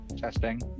testing